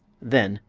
then,